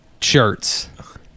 shirts